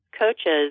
coaches